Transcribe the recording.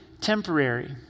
temporary